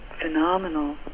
phenomenal